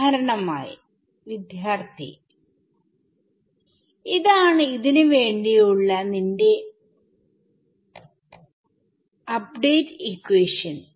ഉദാഹരണമായി ഇതാണ് ന് വേണ്ടിയുള്ള നിന്റെ അപ്ഡേറ്റ് ഇക്വേഷൻ